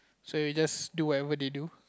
so you just do whatever they do